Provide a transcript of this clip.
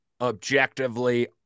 objectively